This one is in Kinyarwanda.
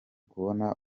kubona